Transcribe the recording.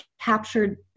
captured